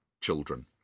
children